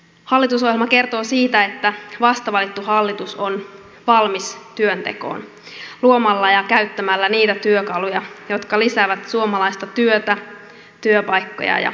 hallitusohjelma kertoo siitä että vastavalittu hallitus on valmis työntekoon luomalla ja käyttämällä niitä työkaluja jotka lisäävät suomalaista työtä työpaikkoja ja yrittäjyyttä